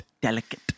delicate